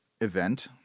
event